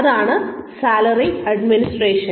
അതിനാൽ salary administration